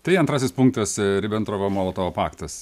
tai antrasis punktas ribentrovo molotovo paktas